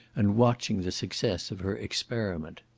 and watching the success of her experiment.